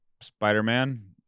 Spider-Man